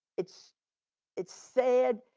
it's it's sad,